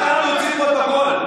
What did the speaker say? אפשר להוציא פרוטוקול.